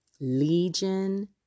legion